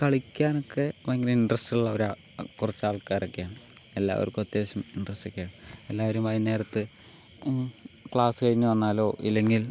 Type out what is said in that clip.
കളിക്കാൻ ഒക്കെ ഭയങ്കര ഇൻട്രസ്റ്റ് ഉള്ളവരാണ് കുറച്ച് ആൾക്കാരൊക്കെയാണ് എല്ലാവർക്കും അത്യാവശ്യം ഇൻട്രസ്റ്റ് ഒക്കെ എല്ലാവരും വൈകുന്നേരത്ത് ക്ലാസ് കഴിഞ്ഞ് വന്നാലോ ഇല്ലെങ്കിൽ